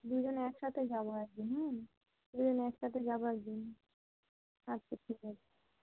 দুজন একসাথে যাব একদিন হ্যাঁ দুজন একসাথে যাবো একদিন আচ্ছা ঠিক আছে